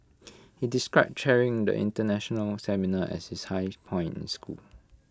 he describe chairing the International seminar as his high point in school